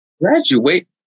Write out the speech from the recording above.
Graduate